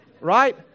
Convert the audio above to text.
right